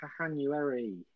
January